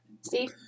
See